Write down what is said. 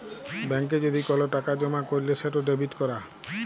ব্যাংকে যদি কল টাকা জমা ক্যইরলে সেট ডেবিট ক্যরা